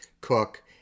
cook